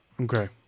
Okay